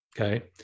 Okay